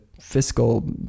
fiscal